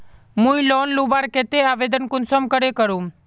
मुई लोन लुबार केते आवेदन कुंसम करे करूम?